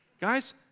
Guys